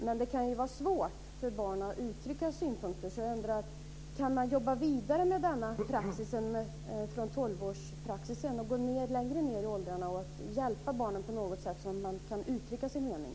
Men det kan ju vara svårt för barn att uttrycka synpunkter. Jag undrar därför: Kan man jobba vidare med denna praxis från tolv år och gå längre ned i åldrarna och på något sätt hjälpa barnen så att de kan uttrycka sin mening?